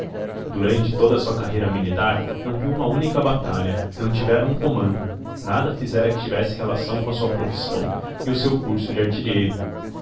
durante toda a sua carreira militar não viu uma única batalha não tivera um comando nada fizera que tivesse relação com a sua profissão e o seu curso de artilheiro